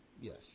Yes